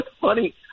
funny